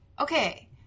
Okay